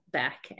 back